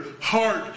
heart